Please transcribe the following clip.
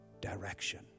direction